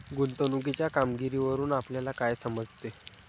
गुंतवणुकीच्या कामगिरीवरून आपल्याला काय समजते?